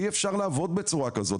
אי אפשר לעבוד בצורה כזו.